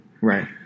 Right